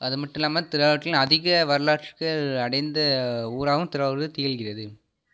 அதுமட்டும் இல்லாமல் திருவாரூற்றில் அதிக வரலாற்றுக்கள் அடைந்த ஊராகவும் திருவாரூர் திகழ்கிறது